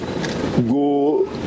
go